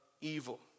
evil